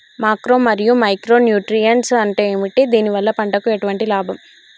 Macro మరియు micro nutrients అంటే ఏమిటి? దీనివల్ల పంటకు ఎటువంటి లాభం?